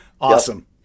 Awesome